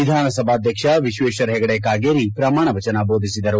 ವಿಧಾನಸಭಾಧ್ಯಕ್ಷ ವಿಶ್ವೇಶ್ವರ ಹೆಗಡೆ ಕಾಗೇರಿ ಪ್ರಮಾಣವಜನ ಬೋಧಿಸಿದರು